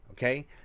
okay